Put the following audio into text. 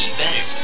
better